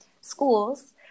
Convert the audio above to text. schools